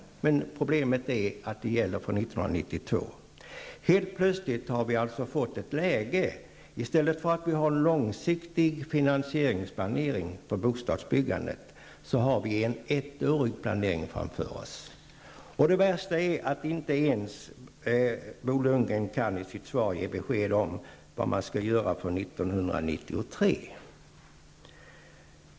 Men problemet är att det gäller för 1992. Helt plötsligt har vi alltså fått ett läge som innebär att vi i stället för att ha en långsiktig finansieringsplanering har en ettårig planering framför oss. Och det värsta är att inte ens Bo Lundgren i sitt svar kan ge besked om vad regeringen skall göra för 1993.